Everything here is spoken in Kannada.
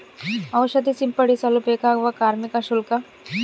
ಔಷಧಿ ಸಿಂಪಡಿಸಲು ಬೇಕಾಗುವ ಕಾರ್ಮಿಕ ಶುಲ್ಕ?